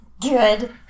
Good